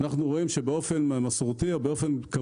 ואנחנו רואים שבאופן קבוע,